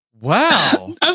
Wow